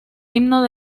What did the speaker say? himno